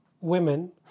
women